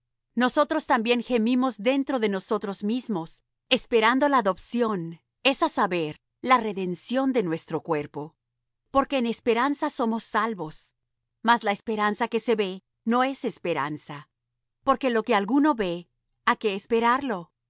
nosotros también gemimos dentro de nosotros mismos esperando la adopción es á saber la redención de nuestro cuerpo porque en esperanza somos salvos mas la esperanza que se ve no es esperanza porque lo que alguno ve á qué esperarlo